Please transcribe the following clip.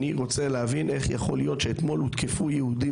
אני רוצה להבין איך יכול להיות שאתמול הותקפו יהודים